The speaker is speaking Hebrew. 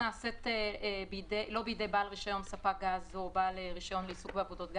עבירה שנעשית לא בידי בעל רישיון ספק או בעל רישיון לעיסוק בעבודות.